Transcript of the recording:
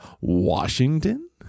Washington